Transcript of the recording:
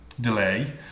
delay